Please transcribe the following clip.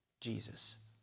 Jesus